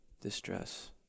Distress